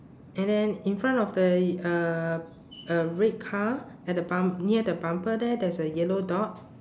and then in front of the y~ uh uh red car at the bum~ near the bumper there there is a yellow dot